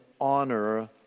honor